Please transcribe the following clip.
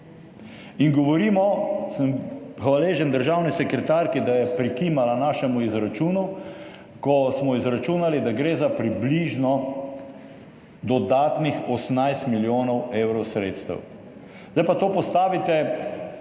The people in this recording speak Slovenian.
In govorimo, sem hvaležen državni sekretarki, da je prikimala našemu izračunu, ko smo izračunali, da gre za dodatnih približno 18 milijonov evrov sredstev. Zdaj pa to postavite na